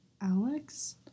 Alex